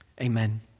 Amen